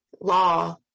law